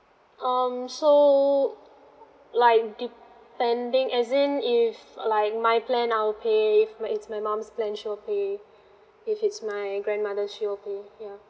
um so like depending as in if like my plan I'll pay if it's my mum's plan she will pay if it's my grandmother's she will pay yeah